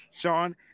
Sean